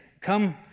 Come